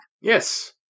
Yes